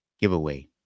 giveaway